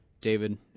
David